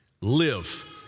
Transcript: live